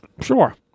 Sure